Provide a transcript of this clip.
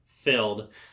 filled